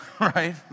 right